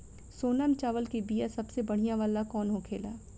सोनम चावल के बीया सबसे बढ़िया वाला कौन होखेला?